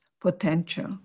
potential